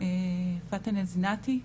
פאתן זינאתי,